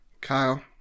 Kyle